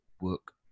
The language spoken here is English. work